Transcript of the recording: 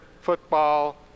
football